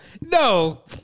No